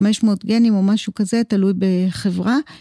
חמש מאות גנים או משהו כזה, תלוי בחברה.